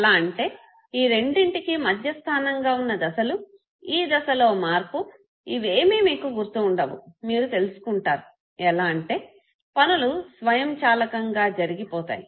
ఎలా అంటే ఈ రెండింటికి మధ్యస్థానంగా వున్న దశలు ఈ దశలో మార్పు ఇవేమి మీకు గుర్తు వుండవు మీరు తెలుసుకుంటారు ఎలా అంటే పనులు స్వయంచాలకంగా జరిగి పోతాయి